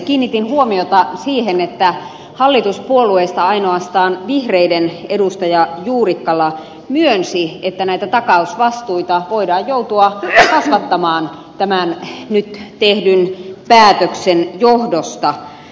kiinnitin huomiota siihen että hallituspuolueista ainoastaan vihreiden edustaja juurikkala myönsi että näitä takausvastuita voidaan joutua kasvattamaan tämän nyt tehdyn päätöksen johdosta